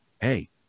Hey